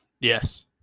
yes